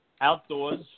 Outdoors